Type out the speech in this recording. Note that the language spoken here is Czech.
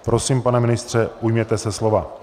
Prosím, pane ministře, ujměte se slova.